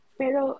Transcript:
pero